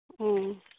ᱚᱻ